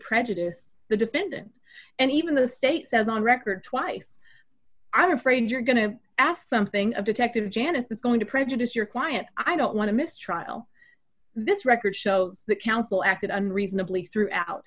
prejudice the defendant and even the state says on record twice i'm afraid you're going to ask something a detective janice is going to prejudice your client i don't want to miss trial this record shows that counsel acted unreasonably throughout